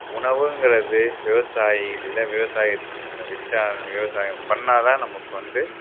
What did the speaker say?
உணவுங்கிறது விவசாயி இல்லை விவசாயத்தில் வைச்சா விவசாயம் பண்ணால் தான் நமக்கு வந்து